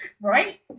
Right